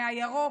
מהירוק,